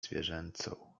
zwierzęcą